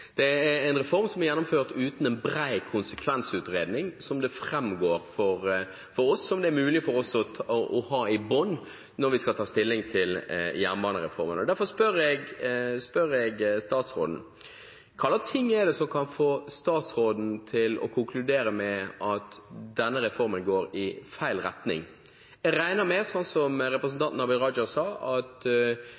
Det er en reform som er gjennomført uten en bred konsekvensutredning, som det framgår for oss, som vi kunne hatt i bunnen når vi skal ta stilling til jernbanereformen. Derfor spør jeg statsråden: Hva er det som kan få statsråden til å konkludere med at denne reformen går i feil retning? Jeg regner med, som representanten Abid Q. Raja sa, at